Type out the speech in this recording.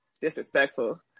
disrespectful